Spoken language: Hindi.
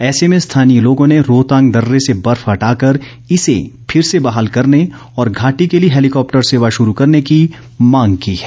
ऐसे में स्थानीय लोगों ने रोहतांग दर्रे से बर्फ हटाकर इसे फिर से बहाल करने और घाटी के लिए हैलीकॉप्टर सेवा शुरू करने की मांग की है